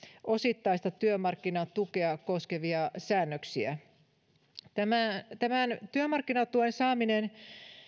osittaista työmarkkinatukea koskevia säännöksiä tämän työmarkkinatuen saaminen